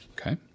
Okay